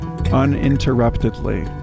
Uninterruptedly